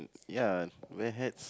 ya wear hats